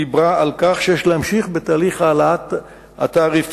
דיברה על כך שיש להמשיך בתהליך העלאת התעריפים,